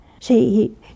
See